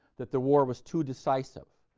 that the war was too decisive,